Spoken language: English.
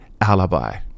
alibi